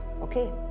okay